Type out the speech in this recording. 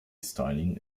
styling